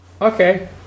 Okay